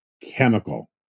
chemical